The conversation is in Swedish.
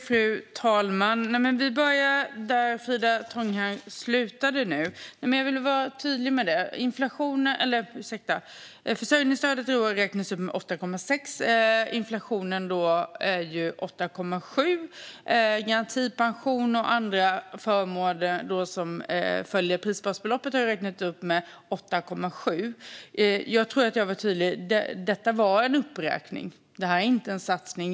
Fru talman! Vi börjar där Frida Tånghag slutade. Jag vill vara tydlig med detta: Försörjningsstödet i år räknas upp med 8,6 procent. Inflationen är 8,7. Garantipension och andra förmåner som följer prisbasbeloppet har räknats upp med 8,7. Jag tror att jag var tydligt med att detta är en uppräkning. Det är inte en satsning.